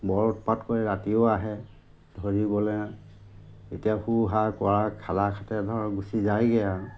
বৰ উৎপাত কৰে ৰাতিও আহে ধৰিবলৈ এতিয়া শু হা কৰাৰ খাদা খাতে ধৰক গুচি যায়গৈ আৰু